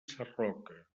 sarroca